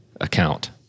account